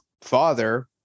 father